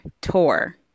tour